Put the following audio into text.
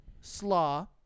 slaw